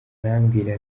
arambwira